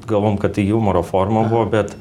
galvojam kad tai jumoro forma buvo bet